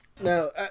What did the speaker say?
No